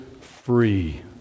free